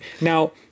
Now